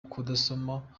kudasoma